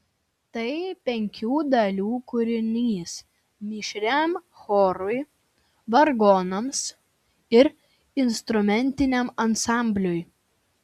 tai penkių dalių kūrinys mišriam chorui vargonams ir instrumentiniam ansambliui